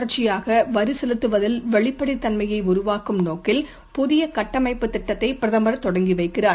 தொடர்ச்சியாகவரிசெலுத்துவதில் வெளிப்படைத் தன்மையைஉருவாக்கும் நோக்கில் இதன் புதியகட்டமைப்புத் திட்டத்தைபிரதமர் தொடங்கிவைக்கிறார்